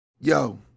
yo